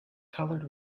colored